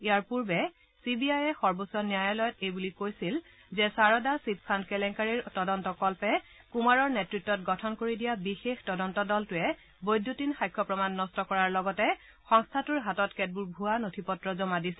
ইয়াৰ পূৰ্বে C B I এ সৰ্বোচ্চ ন্যায়ালয়ত এই বুলি কৈছিল যে সাৰদা চিট ফাণ্ড কেলেংকাৰীৰ তদন্তকল্পে কুমাৰৰ নেতৃত্বত গঠন কৰি দিয়া বিশেষ তদন্ত দলটোৱে বৈদ্যতিন সাক্ষ্য প্ৰমাণ নষ্ট কৰাৰ লগতে সংস্থাটোৰ হাতত কেতবোৰ ভুৱা নথি পত্ৰ জমা দিছিল